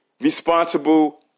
responsible